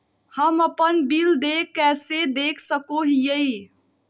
हम अपन बिल देय कैसे देख सको हियै?